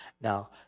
Now